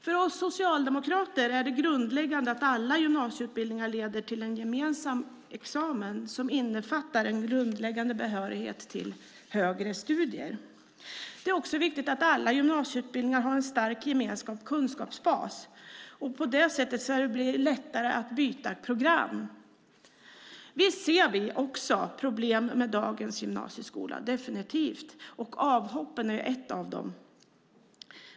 För oss socialdemokrater är det grundläggande att alla gymnasieutbildningar leder till en gemensam examen som innefattar en grundläggande behörighet till högre studier. Det är också viktigt att alla gymnasieutbildningar har en stark gemensam kunskapsbas och att det på det sättet blir lättare att byta program. Visst ser vi också problem med dagens gymnasieskola - definitivt. Avhoppen är ett av dem.